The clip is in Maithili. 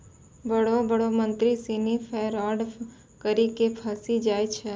बड़ो बड़ो मंत्री सिनी फरौड करी के फंसी जाय छै